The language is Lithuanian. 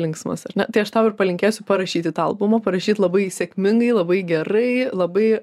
linksmas ar ne tai aš tau ir palinkėsiu parašyti tą albumą parašyt labai sėkmingai labai gerai labai